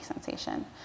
sensation